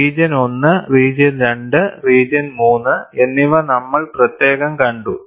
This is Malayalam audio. റീജിയൺ 1 റീജിയൺ 2 റീജിയൺ 3 എന്നിവ നമ്മൾ പ്രത്യേകം കണ്ടു